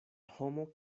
homo